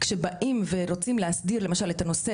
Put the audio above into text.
כשבאים ורוצים להסדיר למשל את הנושא